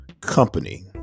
company